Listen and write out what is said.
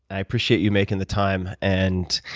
i appreciate you making the time and,